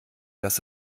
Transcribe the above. das